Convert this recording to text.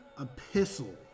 epistle